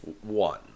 One